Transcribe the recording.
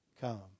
Come